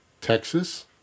Texas